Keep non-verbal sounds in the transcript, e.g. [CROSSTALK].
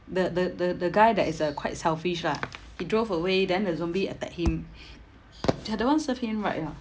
the the the the guy that is uh quite selfish lah he drove away then the zombie attack him [BREATH] ya that [one] serve him right ya